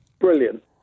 Brilliant